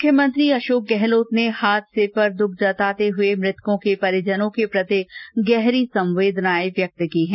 मुख्यमंत्री अशोक गहलोत ने हादसे पर दुख जताते हुए मुतकों के परिजनों के प्रति गहरी संवेदनाए व्यक्त की है